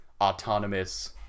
autonomous